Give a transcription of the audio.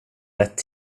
rätt